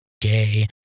gay